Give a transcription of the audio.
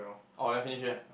orh then finish already ah